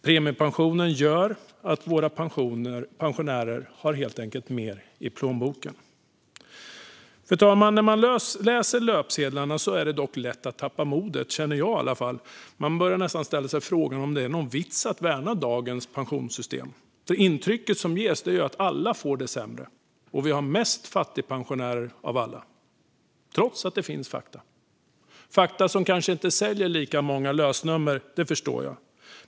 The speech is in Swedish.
Premiepensionen gör att våra pensionärer helt enkelt har mer i plånboken. Fru talman! När man läser löpsedlarna är det dock lätt att tappa modet. Det känner i alla fall jag. Man börjar nästan ställa sig frågan om det är någon vits att värna dagens pensionssystem. Det intryck som ges är att alla får det sämre och att vi har flest fattigpensionärer av alla, trots att det finns fakta. Det är fakta som kanske inte säljer lika många lösnummer. Det förstår jag.